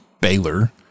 Baylor